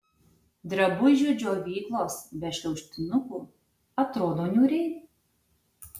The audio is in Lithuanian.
drabužių džiovyklos be šliaužtinukų atrodo niūriai